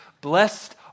blessed